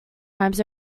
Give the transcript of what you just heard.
rhymes